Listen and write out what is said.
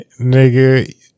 Nigga